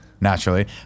naturally